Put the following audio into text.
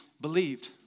believed